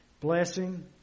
Blessing